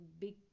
big